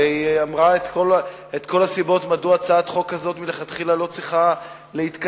והיא אמרה את כל הסיבות מדוע הצעת החוק הזאת מלכתחילה לא צריכה להתקיים,